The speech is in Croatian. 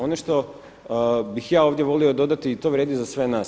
Ono što bih ja ovdje volio dodati i to vrijedi za sve nas.